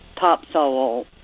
topsoil